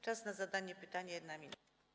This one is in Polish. Czas na zadanie pytania - 1 minuta.